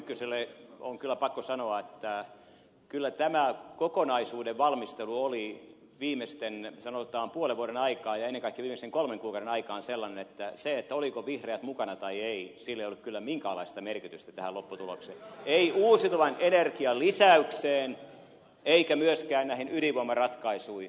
tynkkyselle on kyllä pakko sanoa että kyllä tämä kokonaisuuden valmistelu oli viimeisen sanotaan puolen vuoden aikana ja ennen kaikkea viimeisten kolmen kuukauden aikaan sellainen että sillä oliko vihreät mukana tai ei ei ollut kyllä minkäänlaista merkitystä tähän lopputulokseen ei uusiutuvan energian lisäykseen eikä myöskään näihin ydinvoimaratkaisuihin